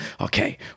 okay